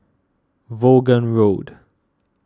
Vaughan Road